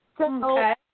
Okay